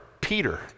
Peter